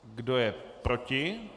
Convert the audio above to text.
Kdo je proti?